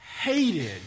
hated